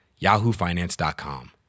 yahoofinance.com